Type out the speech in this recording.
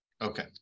Okay